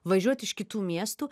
važiuot iš kitų miestų